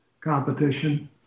competition